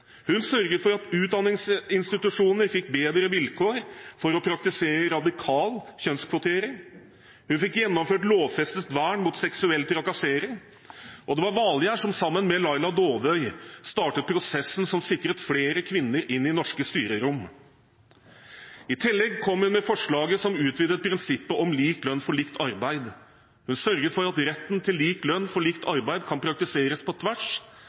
Hun sørget for at utdanningsinstitusjoner fikk bedre vilkår for å praktisere radikal kjønnskvotering, hun fikk gjennomført lovfestet vern mot seksuell trakassering, og det var Valgerd som sammen med Laila Dåvøy startet prosessen som sikret flere kvinner inn i norske styrerom. I tillegg kom hun med forslaget som utvidet prinsippet om lik lønn for likt arbeid, hun sørget for at retten til lik lønn for likt arbeid kan praktiseres på tvers